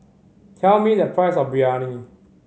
tell me the price of Biryani